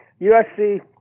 USC